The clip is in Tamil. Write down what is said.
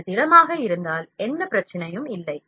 அது திடமாக இருந்தால் எந்த பிரச்சினையும் இல்லை